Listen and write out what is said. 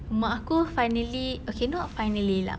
mak aku finally okay not finally lah